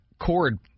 cord